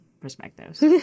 perspectives